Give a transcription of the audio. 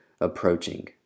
approaching